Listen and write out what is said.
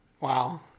wow